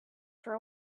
for